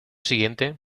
siguiente